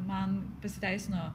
man pasiteisino